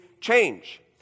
change